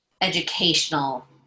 educational